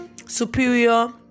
superior